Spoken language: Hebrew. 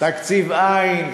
תקציב אין.